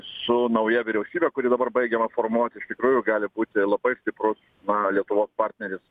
su nauja vyriausybe kuri dabar baigiama formuoti iš tikrųjų gali būti labai stiprus na lietuvos partneris